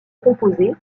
composé